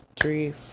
three